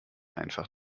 einfach